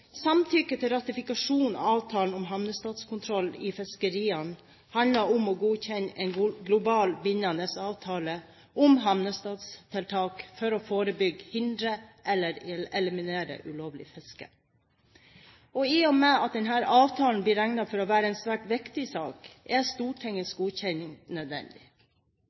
«Samtykke til ratifikasjon av avtale om hamnestatskontroll i fiskeria» handler om å godkjenne en global, bindende avtale om havnestatstiltak for å forebygge, hindre eller eliminere ulovlig fiske. I og med at denne avtalen blir regnet for å være en svært viktig sak, er Stortingets godkjenning nødvendig.